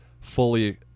fully